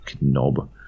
knob